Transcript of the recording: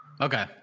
Okay